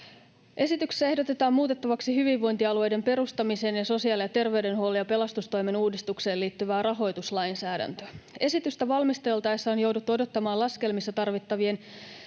Esityksessä ehdotetaan muutettavaksi hyvinvointialueiden perustamiseen ja sosiaali- ja terveydenhuollon ja pelastustoimen uudistukseen liittyvää rahoituslainsäädäntöä. Esitystä valmisteltaessa on jouduttu odottamaan laskelmissa tarvittavien